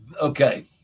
Okay